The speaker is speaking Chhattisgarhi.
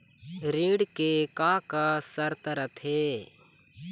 ऋण के का का शर्त रथे?